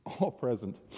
all-present